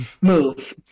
Move